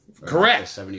Correct